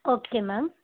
okay ma'am